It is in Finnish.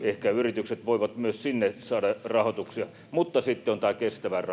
ehkä yritykset voivat myös sinne saada rahoituksia. Sitten on tämä kestävän